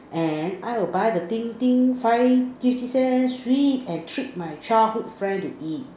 and I will buy the 叮叮 five fifty cents free and treat my childhood friend to eat